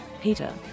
Peter